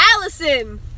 Allison